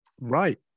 Right